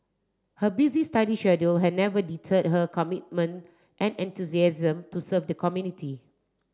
her busy study schedule had never deterred her commitment and enthusiasm to serve the community